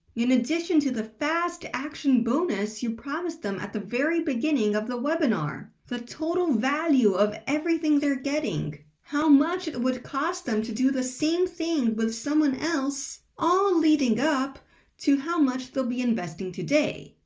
in addition to the fast action bonus you promised them at the very beginning of the webinar, the total value of everything they're getting, how much it would cost them to do the same thing with someone else, all leading up to how much they'll be investing today,